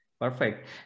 Perfect